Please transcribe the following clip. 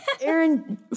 Aaron